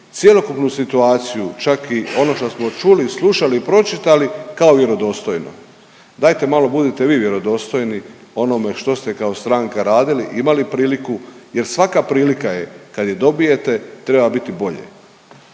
cjelokupnu situaciju, čak i ono šta smo čuli, slušali, pročitali kao vjerodostojno. Dajte malo budite vi vjerodostojni onome što ste kao stranka radili, imali priliku jer svaka prilika je kad je dobijete, treba biti bolje.